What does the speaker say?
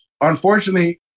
Unfortunately